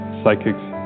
psychics